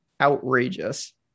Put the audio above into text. outrageous